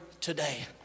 today